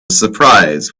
surprise